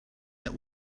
that